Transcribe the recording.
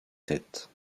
tête